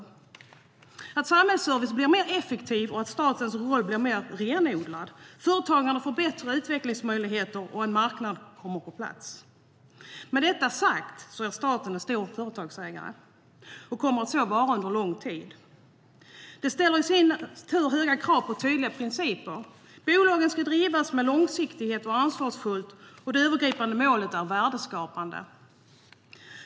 Vidare kan det vara fråga om att samhällsservicen blir mer effektiv och att statens roll blir mer renodlad, att företagen får bättre utvecklingsmöjligheter och att en marknad har kommit på plats. Med detta sagt är staten en stor företagsägare, och den kommer att så vara under lång tid. Det ställer i sin tur höga krav på tydliga principer. Bolagen ska drivas långsiktigt och ansvarsfullt, och det övergripande målet är värdeskapande.